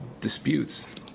disputes